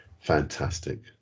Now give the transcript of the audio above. Fantastic